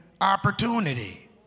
opportunity